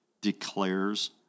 declares